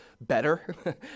better